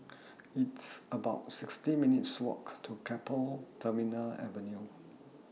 It's about sixty minutes' Walk to Keppel Terminal Avenue